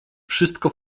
wszystko